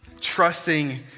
trusting